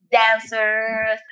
dancers